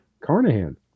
Carnahan